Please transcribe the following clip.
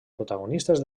protagonistes